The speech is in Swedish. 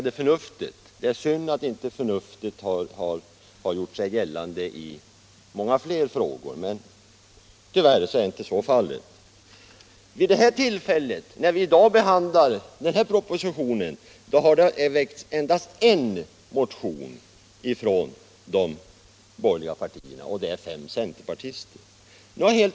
Det är synd att inte förnuftet har gjort sig gällande i fler frågor, men tyvärr är så inte fallet. När vi i dag behandlar den här propositionen har det väckts endast en motion från de borgerliga partierna. Det är fem centerpartister som står bakom den.